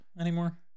anymore